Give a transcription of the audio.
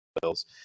bills